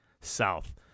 South